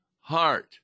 heart